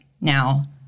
Now